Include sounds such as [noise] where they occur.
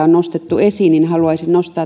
[unintelligible] on nostettu esiin haluaisin nostaa [unintelligible]